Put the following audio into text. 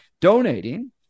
donating